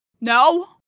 No